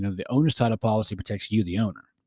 the owner's title policy protects you the owner.